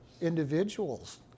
individuals